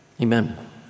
Amen